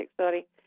sorry